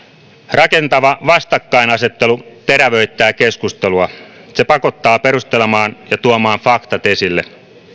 rakentava vastakkainasettelu terävöittää keskustelua se pakottaa perustelemaan ja tuomaan faktat esille